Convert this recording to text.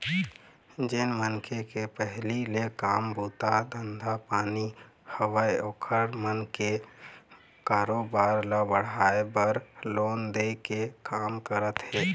जेन मनखे के पहिली ले काम बूता धंधा पानी हवय ओखर मन के कारोबार ल बढ़ाय बर लोन दे के काम करत हे